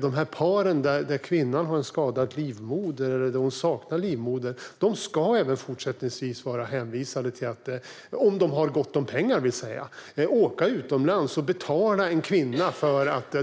De par där kvinnan har en skadad eller saknad livmoder ska även fortsättningsvis vara hänvisade till - om de har gott om pengar - att åka utomlands och betala en kvinna för att